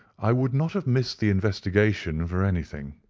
i would not have missed the investigation for anything.